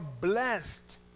blessed